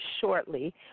shortly